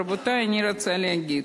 רבותי, אני רוצה להגיד: